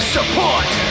Support